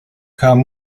kam